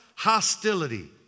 Hostility